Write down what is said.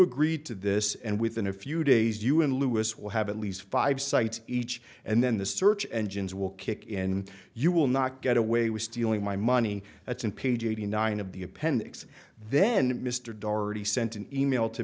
agreed to this and within a few days you and louis will have at least five sites each and then the search engines will kick in you will not get away with stealing my money that's in page eighty nine of the appendix then mr dorothy sent an email to